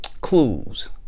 clues